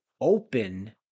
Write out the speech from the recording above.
open